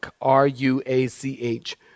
R-U-A-C-H